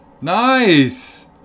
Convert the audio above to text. nice